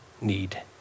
need